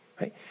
right